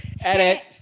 edit